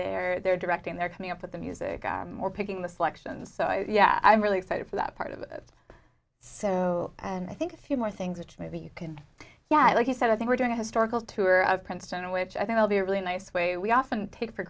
they're directing they're coming up with the music are more picking the selections so yeah i'm really excited for that part of it so and i think a few more things that maybe you can yeah like you said i think we're doing a historical tour of princeton which i think will be a really nice way we often take for